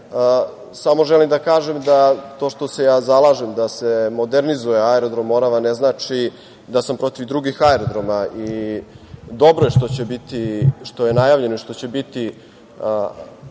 samo želim da kažem to što se zalažem da se modernizuje aerodrom Morava, ne znači da sam protiv drugih aerodroma. Dobro je što je najavljeno i što će biti